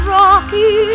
rocky